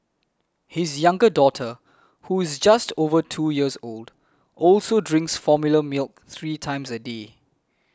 his younger daughter who is just over two years old also drinks formula milk three times a day